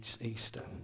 Easter